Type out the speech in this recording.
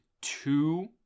two